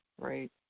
right